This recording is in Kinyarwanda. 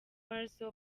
weasel